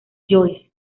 joyce